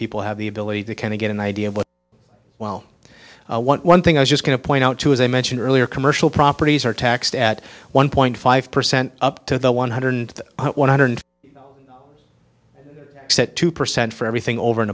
people have the ability to kind of get an idea of what well one thing i was just going to point out to as i mentioned earlier commercial properties are taxed at one point five percent up to the one hundred to one hundred two percent for everything over and